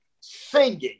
singing